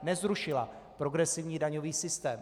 Nezrušila progresivní daňový systém.